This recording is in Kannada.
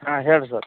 ಹಾಂ ಹೇಳ್ರಿ ಸರ್